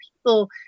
people